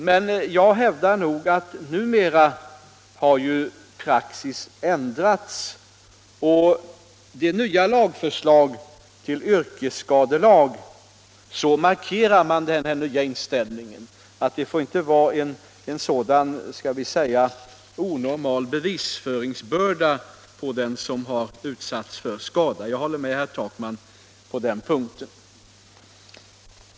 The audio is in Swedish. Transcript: Men jag hävdar att praxis numera har ändrats, och i det nya förslaget till yrkesskadelag markerar man denna nya inställning som innebär att en onormal bevisföringsbörda inte får läggas på den som utsatts för skada. Jag håller med herr Takman på den punkten.